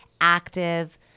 active